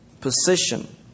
position